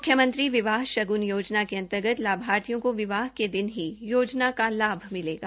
म्ख्यमंत्री विवाह शाग्न योजना के अतंर्गत लाभार्थियों को विवाह के दिन ही योजना का लाभ मिलेगा